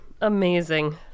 Amazing